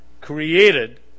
created